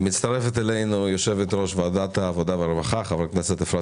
מצטרפת אלינו יו"ר ועדת העבדה והרווחה אפרת